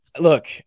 Look